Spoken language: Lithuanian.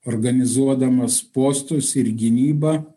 organizuodamas postus ir gynybą